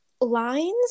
lines